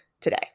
today